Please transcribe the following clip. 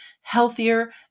healthier